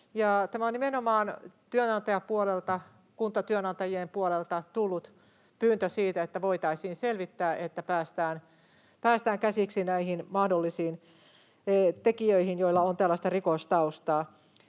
työnantajapuolelta, kuntatyönantajien puolelta, on tullut pyyntö siitä, että voitaisiin selvittää, jotta päästään käsiksi näihin mahdollisiin tekijöihin, joilla on tällaista rikostaustaa.